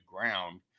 ground